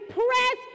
press